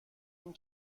این